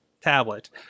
tablet